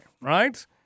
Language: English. right